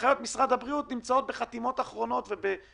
ממשרד האוצר, מהרפרנט ומהסגן